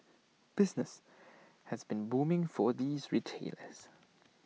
business has been booming for these retailers